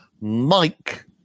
mike